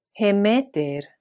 hemeter